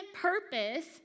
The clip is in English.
purpose